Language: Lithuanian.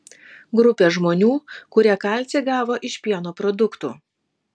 grupė žmonių kurie kalcį gavo iš pieno produktų